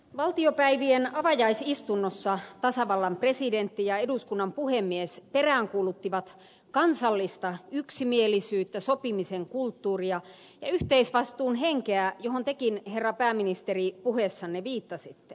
valtiopäivien avajaisistunnossa tasavallan presidentti ja eduskunnan puhemies peräänkuuluttivat kansallista yksimielisyyttä sopimisen kulttuuria ja yhteisvastuun henkeä johon tekin herra pääministeri puheessanne viittasitte